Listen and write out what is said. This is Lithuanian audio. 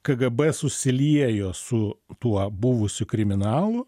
kgb susiliejo su tuo buvusiu kriminalu